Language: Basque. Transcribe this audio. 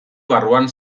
barruan